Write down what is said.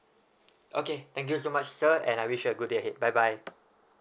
okay thank you so much sir and I wish you a good day ahead bye bye